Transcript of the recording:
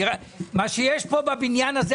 מה שיש כאן בבניין הזה,